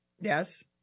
Yes